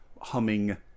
humming